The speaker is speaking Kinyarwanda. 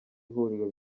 ihuriro